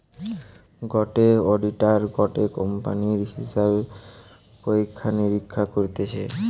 গটে অডিটার গটে কোম্পানির হিসাব পরীক্ষা নিরীক্ষা করতিছে